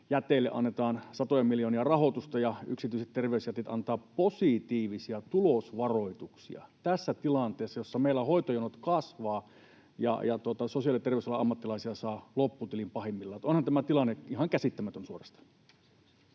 lääkärijäteille annetaan satoja miljoonia rahoitusta ja yksityiset terveysjätit antavat positiivisia tulosvaroituksia — tässä tilanteessa, jossa meillä hoitojonot kasvavat ja sosiaali- ja terveysalan ammattilaisia saa lopputilin pahimmillaan — niin että onhan tämä tilanne ihan käsittämätön suorastaan.